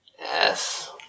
Yes